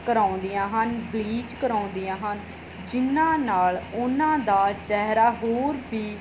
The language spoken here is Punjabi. ਕਰਵਾਉਂਦੀਆਂ ਹਨ ਬਲੀਚ ਕਰਵਾਉਂਦੀਆਂ ਹਨ ਜਿਹਨਾਂ ਨਾਲ ਉਹਨਾਂ ਦਾ ਚਿਹਰਾ ਹੋਰ ਵੀ